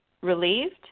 relieved